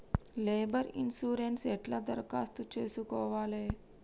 Labour insurance ఎట్ల దరఖాస్తు చేసుకోవాలే?